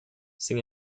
sin